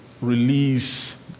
release